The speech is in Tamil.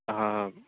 ஆ